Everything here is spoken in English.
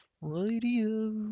radio